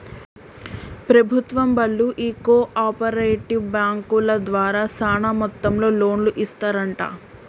ప్రభుత్వం బళ్ళు ఈ కో ఆపరేటివ్ బాంకుల ద్వారా సాన మొత్తంలో లోన్లు ఇస్తరంట